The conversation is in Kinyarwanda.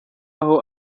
aho